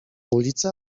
ulicę